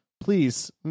Please